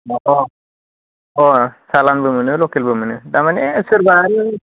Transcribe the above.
मथ' अ सालानबो मोनो लकेलबो मोनो दामाने सोरबा आरो